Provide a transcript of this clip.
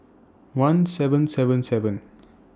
one seven seven seven